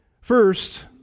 First